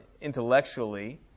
intellectually